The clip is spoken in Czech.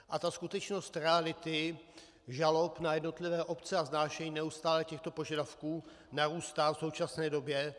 A ta skutečnost reality žalob na jednotlivé obce a vznášení neustále těchto požadavků narůstá v současné době.